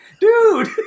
dude